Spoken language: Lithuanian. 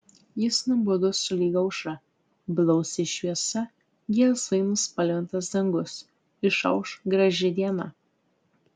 jis nubudo sulig aušra blausi šviesa gelsvai nuspalvintas dangus išauš graži diena